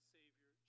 savior